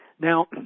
Now